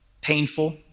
painful